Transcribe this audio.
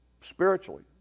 spiritually